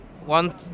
one